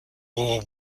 war